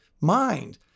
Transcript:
mind